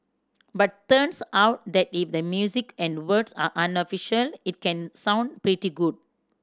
but turns out that if the music and words are unofficial it can sound pretty good